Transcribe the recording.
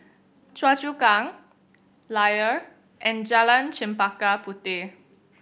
Choa Chu Kang Layar and Jalan Chempaka Puteh